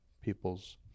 people's